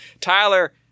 Tyler